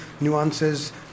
nuances